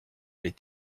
les